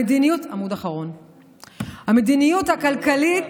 המדיניות הכלכלית,